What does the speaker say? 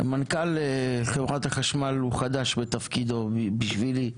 מנכ"ל חברת החשמל הוא חדש בתפקידו, בשבילי.